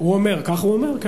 הוא אומר.